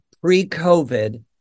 pre-COVID